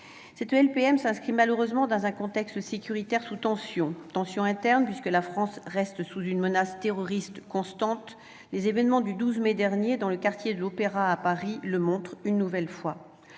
Cette LPM s'inscrit malheureusement dans un contexte sécuritaire sous tensions : tensions internes, puisque la France reste sous une menace terroriste constante- les événements du 12 mai dernier dans le quartier de l'Opéra, à Paris, l'ont une nouvelle fois